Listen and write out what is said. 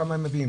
כמה הם מגיעים,